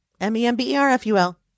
M-E-M-B-E-R-F-U-L